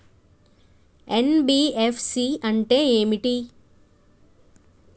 NBFC అంటే ఏమిటి?